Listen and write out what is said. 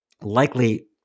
likely